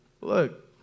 Look